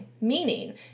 Meaning